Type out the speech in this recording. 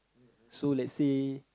so let's say